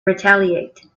retaliate